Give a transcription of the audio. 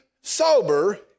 sober